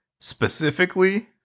specifically